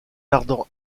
ardent